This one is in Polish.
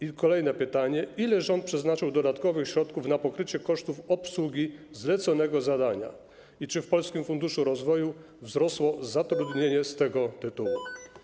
I kolejne pytanie: Ile rząd przeznaczył dodatkowych środków na pokrycie kosztów obsługi zleconego zadania i czy w Polskim Funduszu Rozwoju wzrosło zatrudnienie z tego tytułu?